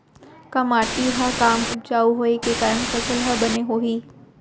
का माटी हा कम उपजाऊ होये के कारण फसल हा बने होही?